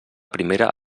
primera